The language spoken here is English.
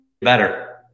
better